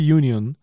union